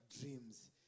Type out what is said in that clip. dreams